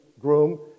groom